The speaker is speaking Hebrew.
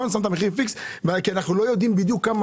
שמת מחיר פיקס כי אנחנו לא יודעים בדיוק כמה